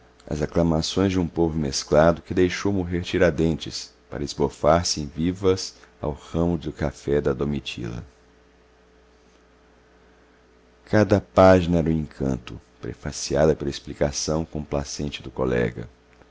as aclamações de um povo mesclado que deixou morrer tiradentes para se esbofar em vivas ao ramo de café da domitila cada página era um encanto prefaciadas pela explicação complacente do colega